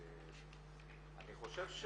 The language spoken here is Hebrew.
אני חושב,